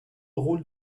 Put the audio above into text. rôle